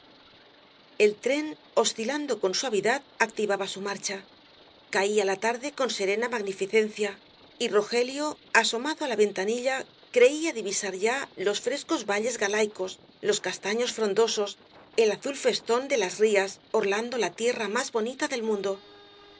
el tren oscilando con suavidad activaba su marcha caía la tarde con serena magnificencia y rogelio asomado á la ventanilla creía divisar ya los frescos valles galaicos los castaños frondosos el azul festón de las rías orlando la tierra más bonita del mundo